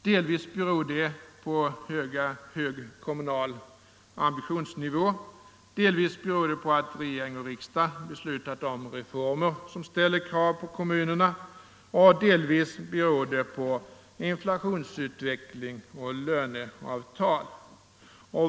Det beror delvis på hög kommunal ambitionsnivå, delvis på att regering och riksdag har beslutat reformer som ställer krav på kommunerna och delvis på inflationsutveckling och löneavtal.